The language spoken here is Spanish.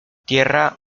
tierra